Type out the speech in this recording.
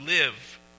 live